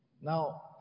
Now